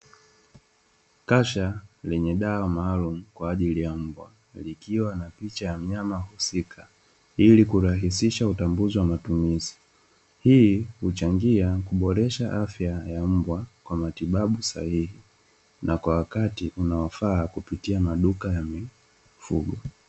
Kasha lenye dawa maalumu kwaajili ya mbwa limebaeba maelezo yote jinsi ya kumtibu mbwa